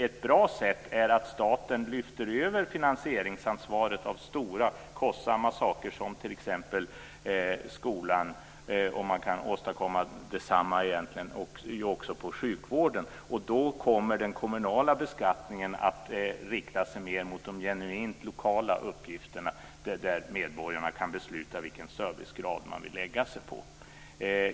Ett bra sätt är att staten lyfter över finansieringsansvaret för stora kostsamma saker som t.ex. skolan. Man kan egentligen också åstadkomma detsamma för sjukvården. Då kommer den kommunala beskattningen att rikta sig mer mot de genuint lokala uppgifterna där medborgarna kan besluta vilken servicegrad de vill lägga sig på.